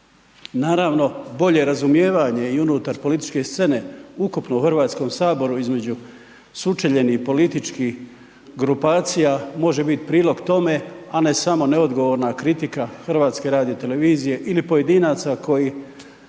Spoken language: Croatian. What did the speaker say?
Naravno, bolje razumijevanje i unutar političke scene ukupno u Hrvatskom saboru između sučeljenih političkih grupacija može biti prilog tome, a ne samo neodgovorna kritika HRT-a ili pojedinaca koji